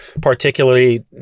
particularly